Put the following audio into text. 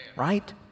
right